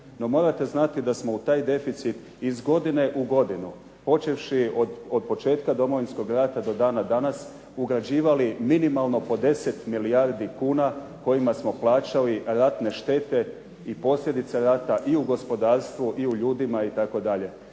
No morate znati da smo u taj deficit iz godine u godine, počevši od početka Domovinskog rata do dana danas, ugrađivali minimalno po 10 milijardi kuna kojima smo plaćali ratne štete i posljedice rata i u gospodarstvu i u ljudima itd.